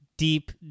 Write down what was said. Deep